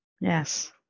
Yes